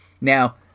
now